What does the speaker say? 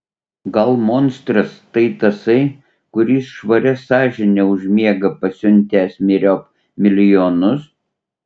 gal monstras tai tasai kuris švaria sąžine užmiega pasiuntęs myriop milijonus